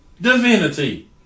divinity